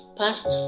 past